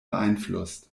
beeinflusst